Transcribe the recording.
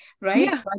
right